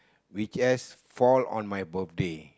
which just fall on my birthday